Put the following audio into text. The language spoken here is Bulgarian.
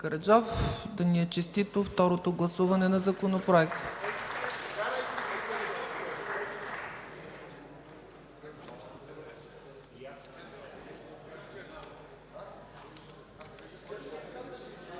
Да ни е честито второто гласуване на Законопроекта.